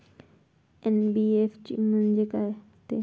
NBFC म्हणजे का होते?